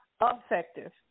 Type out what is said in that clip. effective